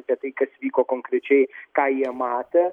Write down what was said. apie tai kas vyko konkrečiai ką jie matė